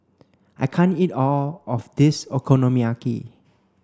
I can't eat all of this Okonomiyaki